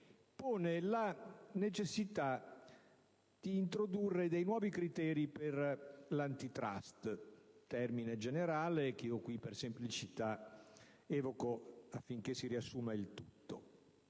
pone la necessità di introdurre nuovi criteri per l'Antitrust, termine generale che io per semplicità evoco affinché si riassuma il tutto.